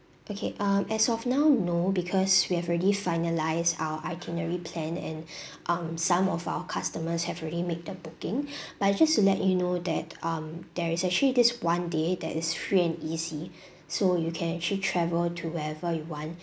okay um as of now no because we have already finalised our itinerary plan and um some of our customers have already made the booking but just to let you know that um there is actually this one day that is free and easy so you can actually travel to wherever you want